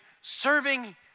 serving